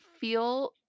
feel